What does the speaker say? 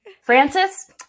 Francis